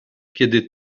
kiedy